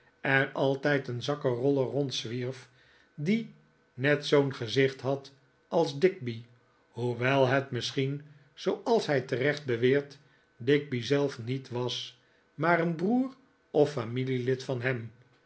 er altijd een zakkenroller rondzwierf die net zoo'n gezicht had als digby hoewel het misschien zooals hij terecht beweert digby zelf niet was maar een broer of familielid van hem